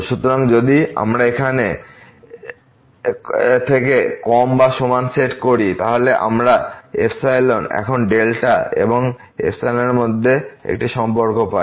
সুতরাং যদি আমরা এখানে থেকে কম বা সমান সেট করি তাহলে আমরা এখন এবং এর মধ্যে একটি সম্পর্ক পাই